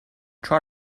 try